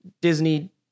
disney